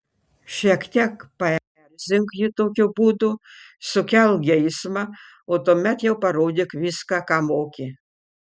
šiek tiek paerzink jį tokiu būdu sukelk geismą o tuomet jau parodyk viską ką moki